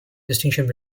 distinctions